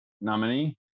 nominee